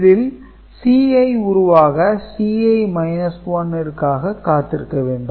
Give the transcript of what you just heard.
இதில் Ci உருவாக Ci 1 ற்காக காத்திருக்க வேண்டும்